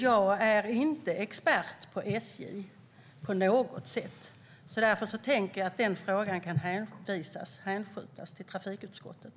Jag är inte på något sätt expert på SJ, så därför tänker jag att den frågan kan hänskjutas till trafikutskottet.